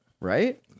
Right